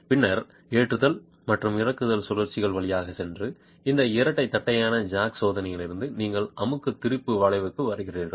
பின்னர் ஏற்றுதல் மற்றும் இறக்குதல் சுழற்சிகள் வழியாகச் சென்று இந்த இரட்டை தட்டையான ஜாக் சோதனையிலிருந்து நீங்கள் அழுத்த திரிபு வளைவுக்கு வருகிறீர்கள்